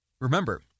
remember